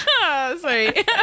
sorry